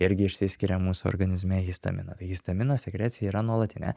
irgi išsiskiria mūsų organizme histamino tai histamino sekrecija yra nuolatinė